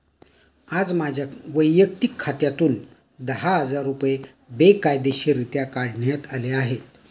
आज माझ्या वैयक्तिक खात्यातून दहा हजार रुपये बेकायदेशीररित्या काढण्यात आले आहेत